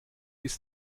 ist